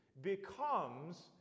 becomes